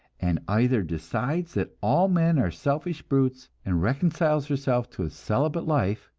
and either decides that all men are selfish brutes, and reconciles herself to a celibate life,